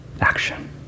action